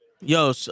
Yo